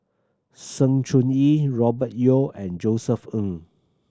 Sng Choon Yee Robert Yeo and Josef Ng